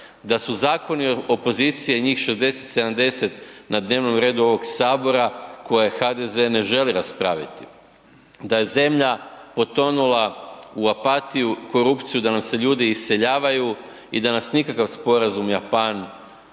da su zakoni opozicije njih 60, 70 na dnevnom redu ovog Sabora koje HDZ ne želi raspraviti, da je zemlja potonula u apatiju, korupciju, da nam se ljudi iseljavaju i da nas nikakav sporazum Japan-EU